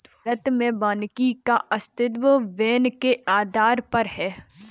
भारत में वानिकी का अस्तित्व वैन के आधार पर है